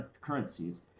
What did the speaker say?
currencies